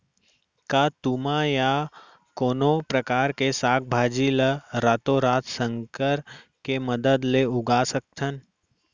का तुमा या कोनो परकार के साग भाजी ला रातोरात संकर के मदद ले उगा सकथन?